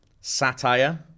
satire